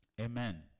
Amen